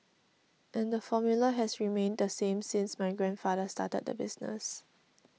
and the formula has remained the same since my grandfather started the business